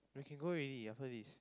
I can go already after this